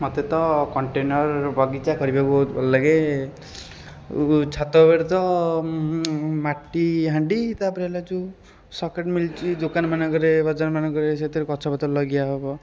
ମୋତେ ତ କଣ୍ଟେନର୍ ବଗିଚା କରିବାକୁ ବହୁତ ଭଲଲାଗେ ଆଉ ଛାତ ଉପରେ ତ ମାଟି ହାଣ୍ଡି ତା'ପରେ ହେଲା ଯେଉଁ ସକେଟ୍ ମିଳୁଛି ଦୋକାନମାନଙ୍କରେ ବଜାରମାନଙ୍କରେ ସେଥିରେ ଗଛପତର ଲଗିଆହେବ